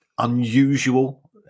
unusual